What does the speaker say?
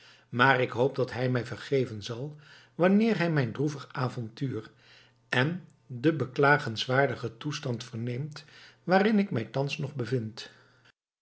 maar ik hoop dat hij mij vergeven zal wanneer hij mijn droevig avontuur en den beklagenswaardigen toestand verneemt waarin ik mij thans nog bevind